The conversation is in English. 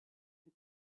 had